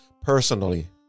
Personally